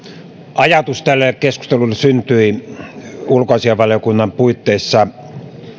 ajatus tälle keskustelulle syntyi ulkoasiainvaliokunnan puitteissa